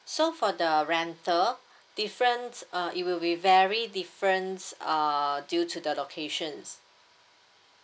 so for the rental difference uh it will be very difference uh due to the locations